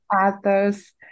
other's